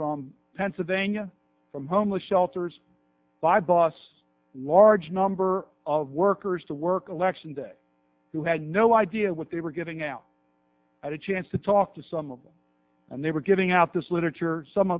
from pennsylvania from homeless shelters by boss large number of workers to work election day who had no idea what they were getting out at a chance to talk to some of them and they were giving out this literature some